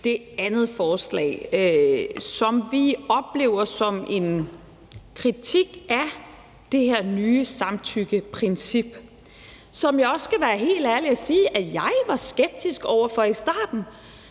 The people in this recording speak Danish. det andet forslag, som vi oplever som en kritik af det her nye samtykkeprincip, som jeg også skal være helt ærlig at sige at jeg var skeptisk over for i starten,